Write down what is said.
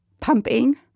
pumping